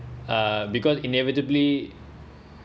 uh because inevitably